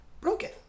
broken